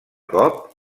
cop